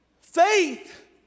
Faith